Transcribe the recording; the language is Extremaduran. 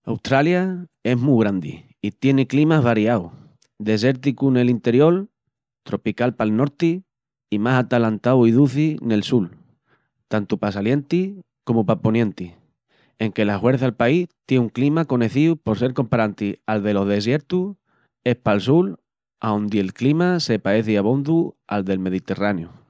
Australia es mu grandi i tieni climas variáus: desérticu nel interiol, tropical pal norti i más atalantau i duci nel sul, tantu pa salienti comu pa ponienti. Enque la huerça'l país tié un clima conecíu por sel comparanti al delos desiertus, es pal sul aondi'l clima se paeci abondu al del Mediterráneu.